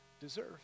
deserve